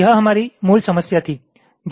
यह हमारी मूल समस्या थी 11 गुणा 11